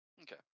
Okay